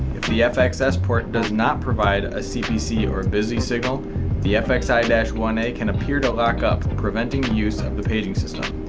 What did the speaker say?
if the fxs port port does not provide a cpc or a busy signal the fxi one a can appear to lockup preventing use of the paging system.